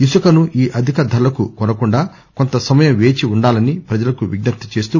ఇసుకను ఈ అధిక ధరలకు కొనకుండా కొంత సమయం వేచి ఉండాలని ప్రజలకు విజ్ఞప్తి చేస్తూ